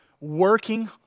working